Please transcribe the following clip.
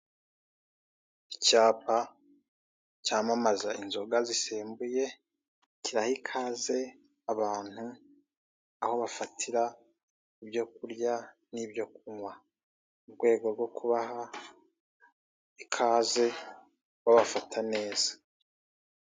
Icyapa cyamamaza inzoga zisembuye, kiraha ikaze abantu aho bafatira ibyo kurya n'ibyo kunywa mu rwego rwo kubaha ikaze babafata neza.